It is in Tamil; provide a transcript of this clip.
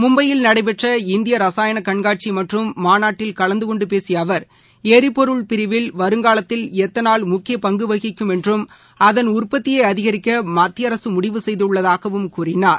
மும்பையில் நடைபெற்ற இந்தியரசாயனகண்காட்சிமற்றும் மாநாட்டில் கலந்துகொண்டுபேசியஅவர் எரிபொருள் பிரிவில் வருங்காலத்தில் எத்தனால் என்றும் அதன் உற்பத்தியைஅதிகரிக்கமத்தியஅரசுமுடிவு செய்துள்ளதாகவும் கூறினார்